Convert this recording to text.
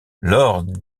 lors